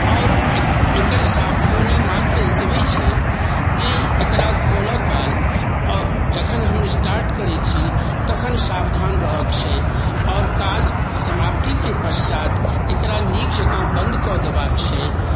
आओर एकर सावधानी मात्र एतबे छै जे एकरा खोलै काल आओर जखन हम स्टार्ट करैत छी तखन सावधान रहैके छै आओर काज समाप्तिके पश्चात एकरा नीक जकाँ बन्द कऽ देबाक छै